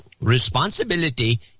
responsibility